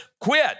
quit